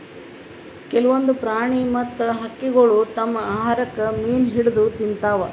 ಕೆಲ್ವನ್ದ್ ಪ್ರಾಣಿ ಮತ್ತ್ ಹಕ್ಕಿಗೊಳ್ ತಮ್ಮ್ ಆಹಾರಕ್ಕ್ ಮೀನ್ ಹಿಡದ್ದ್ ತಿಂತಾವ್